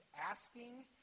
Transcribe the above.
asking